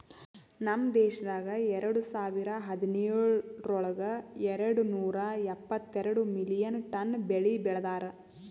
ನಮ್ ದೇಶದಾಗ್ ಎರಡು ಸಾವಿರ ಹದಿನೇಳರೊಳಗ್ ಎರಡು ನೂರಾ ಎಪ್ಪತ್ತೆರಡು ಮಿಲಿಯನ್ ಟನ್ ಬೆಳಿ ಬೆ ಳದಾರ್